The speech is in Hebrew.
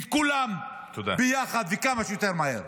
את כולם ביחד, וכמה שיותר מהר.